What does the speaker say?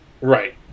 Right